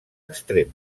extrem